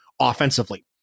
offensively